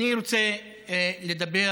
אני רוצה לדבר